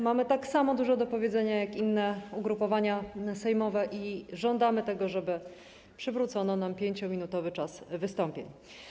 Mamy tak samo dużo do powiedzenia jak inne ugrupowania sejmowe i żądamy tego, żeby przywrócono nam 5-minutowy czas wystąpień.